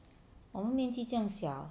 我们面积这样小